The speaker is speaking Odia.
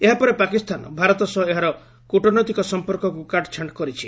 ଏହାପରେ ପାକିସ୍ତାନ ଭାରତ ସହ ଏହାର କୃଟନୈତିକ ସମ୍ପର୍କକୁ କାଟ୍ଛାଣ୍ଟ କରିଛି